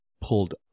pulled